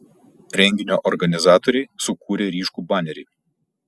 renginio organizatoriai sukūrė ryškų banerį